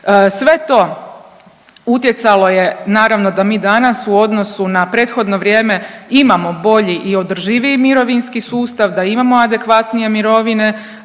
Sve to utjecalo je naravno da mi danas u odnosu na prethodno vrijeme imamo bolji i održiviji mirovinski sustav, da imamo adekvatnije mirovine